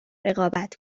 رقابت